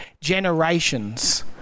generations